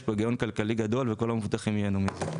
יש פה הגיון כלכלי גדול וכל המבוטחים ייהנו מזה.